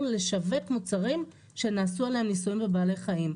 לשווק מוצרים שנעשו עליהם ניסויים בבעלי חיים.